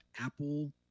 apple